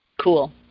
Cool